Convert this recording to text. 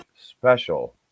special